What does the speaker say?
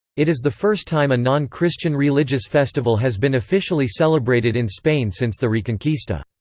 it is the first time a non-christian religious festival has been officially celebrated in spain since the reconquista.